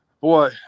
Boy